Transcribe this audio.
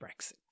Brexit